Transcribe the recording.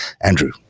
andrew